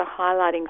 highlighting